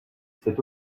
c’est